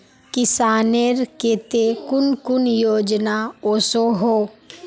किसानेर केते कुन कुन योजना ओसोहो?